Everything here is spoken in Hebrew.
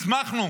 הצמחנו